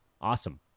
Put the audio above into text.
Awesome